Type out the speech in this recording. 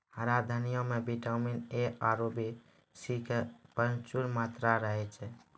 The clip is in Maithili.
हरा धनिया मॅ विटामिन ए आरो सी के प्रचूर मात्रा रहै छै